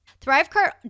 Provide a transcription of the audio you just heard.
Thrivecart